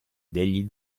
degli